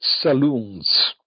saloons